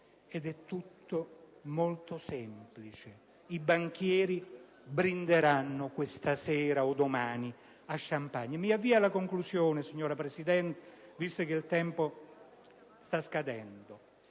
ed è tutto molto semplice: i banchieri brinderanno questa sera o domani con lo champagne. Mi avvio alla conclusione, signora Presidente, visto che il tempo sta terminando.